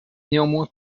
néanmoins